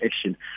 action